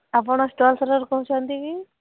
ଆପଣ stall seller କହୁଛନ୍ତି କି